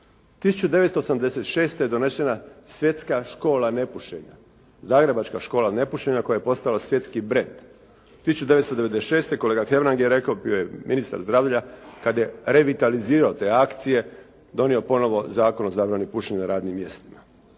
1986. je donešena Svjetska škola nepušenja. Zagrebačka škola nepušenja koja je postala svjetski brend. 1996. kolega Hebrang je rekao, bio je ministar zdravlja kad je revitalizirao te akcije, donio ponovo Zakon o zabrani pušenja na radnim mjestima.